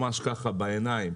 ממש ככה בעיניים,